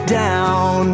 down